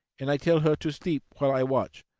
and i tell her to sleep while i watch.